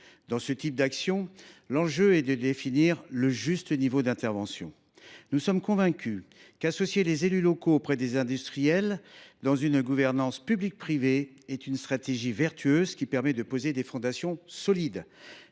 Dans ce type de programme, l’enjeu est de définir le juste niveau d’intervention. Nous sommes convaincus qu’associer les élus locaux et les industriels dans une gouvernance publique privée est une stratégie vertueuse permettant de poser des fondations solides.